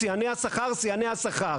"שיאני השכר".